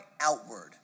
outward